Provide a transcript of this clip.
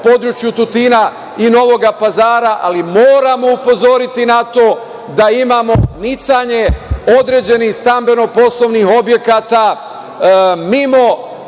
području Tutina i Novog Pazara, ali moramo upozoriti na to da imamo nicanje određenih stambeno-poslovnih objekata, mimo,